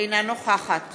אינה נוכחת